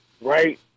right